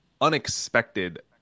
unexpected